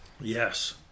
Yes